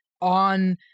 on